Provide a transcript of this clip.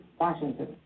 Washington